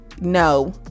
No